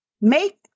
Make